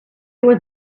was